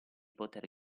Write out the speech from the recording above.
poter